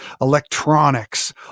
electronics